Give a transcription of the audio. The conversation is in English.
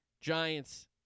Giants